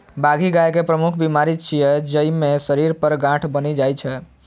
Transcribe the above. बाघी गाय के प्रमुख बीमारी छियै, जइमे शरीर पर गांठ बनि जाइ छै